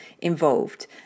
involved